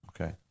Okay